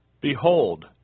Behold